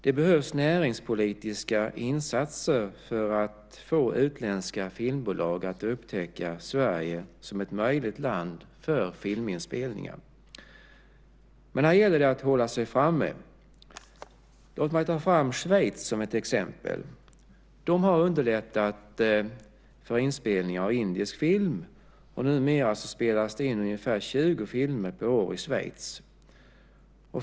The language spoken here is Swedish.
Det behövs näringspolitiska insatser för att få utländska filmbolag att upptäcka Sverige som ett möjligt land för filminspelningar. Här gäller det att hålla sig framme. Låt mig ta fram Schweiz som ett exempel. Där har man underlättat för inspelningar av indisk film. Numera spelas det in ungefär 20 indiska filmer per år i Schweiz.